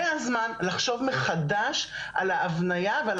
זה הזמן לחשוב מחדש על ההבניה ועל